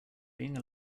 being